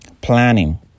planning